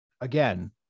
again